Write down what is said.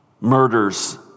murders